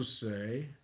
say